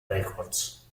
records